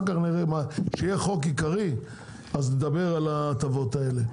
כשיהיה חוק עיקרי נדבר על ההטבות האלה,